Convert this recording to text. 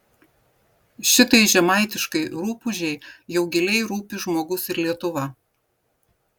šitai žemaitiškai rupūžei jau giliai rūpi žmogus ir lietuva